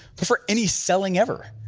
before any selling ever.